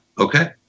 Okay